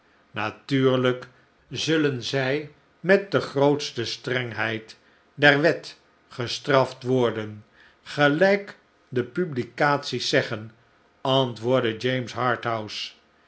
natuurlijk zullen zij met degrootstestrengheid der wet gestraft worden gelijk de publicaties zeggen antwoordde james harthouse